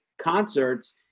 concerts